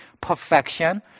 perfection